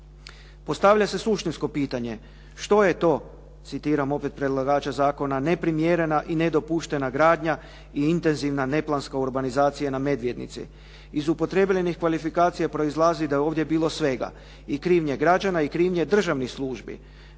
Postavlja se suštinsko pitanje što je to, citiram opet predlagača zakona neprimjerena i nedopuštena gradnja i intenzivna neplanska urbanizacija na Medvednici. Iz upotrijebljenih kvalifikacija proizlazi da je ovdje bilo svega i krivnje građana i krivnje državnih službi.